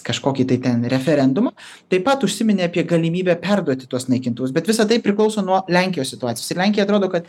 kažkokį tai ten referendumą taip pat užsiminė apie galimybę perduoti tuos naikintuvus bet visa tai priklauso nuo lenkijos situacijos ir lenkija atrodo kad